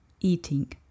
eating